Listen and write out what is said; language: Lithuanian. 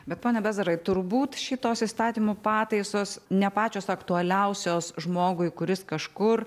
bet pone bezarai turbūt šitos įstatymo pataisos ne pačios aktualiausios žmogui kuris kažkur